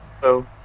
Hello